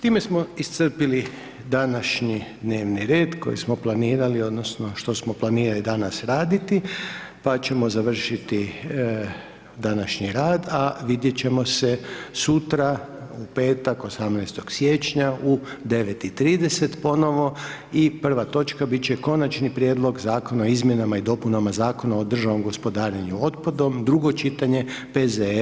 Time smo iscrpili današnji dnevni red koji smo planirali, odnosno što smo planirali danas raditi pa ćemo završiti današnji rad, a vidjet ćemo se sutra, u petak 18. siječnja u 9,30 ponovo i prva točka bit će Konačni prijedlog zakona o izmjenama i dopunama zakona o državnom gospodarenju otpadom, drugo čitanje, PZE